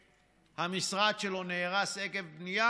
שהמשרד שלו נהרס עקב בנייה,